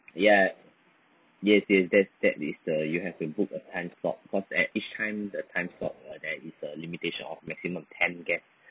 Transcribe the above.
ya yes yes that that is the you have to book a time slot cause each time the time slot there is a limitation of maximum ten guest